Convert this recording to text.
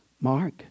Mark